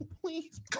please